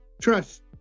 trust